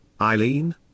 Eileen